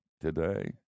today